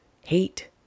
Hate